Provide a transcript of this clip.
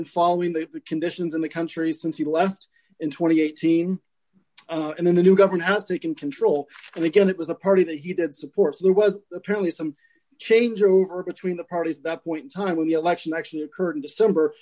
been following the conditions in the country since he left in two thousand and eighteen and then the new government has taken control and again it was a party that he did support so there was apparently some changeover between the parties that point in time when the election actually occurred in december